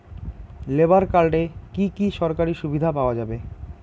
Labour কার্ডে কি কি সরকারি সুবিধা পাওয়া যাবে?